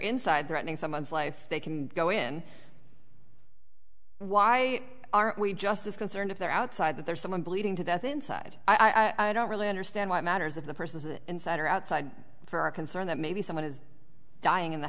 inside threatening someone's life they can go in why are we just as concerned if they're outside that there's someone bleeding to death inside i don't really understand why it matters of the person is it inside or outside for a concern that maybe someone is dying in the